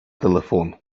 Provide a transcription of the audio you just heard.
телефон